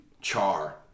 char